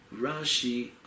Rashi